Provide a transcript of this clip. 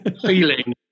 feeling